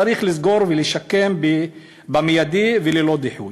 צריך לסגור ולשקם במיידי וללא דיחוי.